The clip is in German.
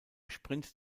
sprint